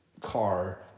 car